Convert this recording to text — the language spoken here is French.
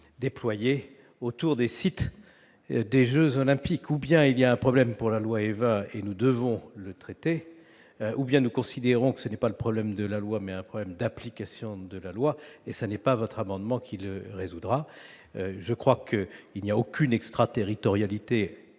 déployés autour des sites des Jeux olympiques, ou bien il y a un problème pour la loi Évin et nous devons le traité ou bien nous considérons que ce n'est pas le problème de la loi, mais un problème d'application de la loi et ça n'est pas votre amendement qui le résoudra je crois que il n'y a aucune extraterritorialité